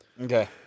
Okay